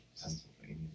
Pennsylvania